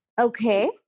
Okay